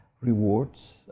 rewards